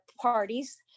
parties